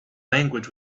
language